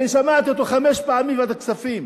אני שמעתי אותו חמש פעמים בוועדת הכספים,